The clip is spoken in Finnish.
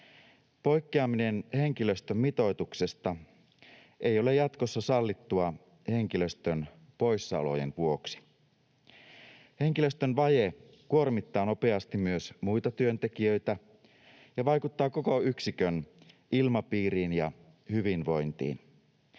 Poikkeaminen henkilöstömitoituksesta ei ole jatkossa sallittua henkilöstön poissaolojen vuoksi. Henkilöstön vaje kuormittaa nopeasti myös muita työntekijöitä ja vaikuttaa koko yksikön ilmapiiriin ja hyvinvointiin.